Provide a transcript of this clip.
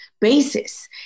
basis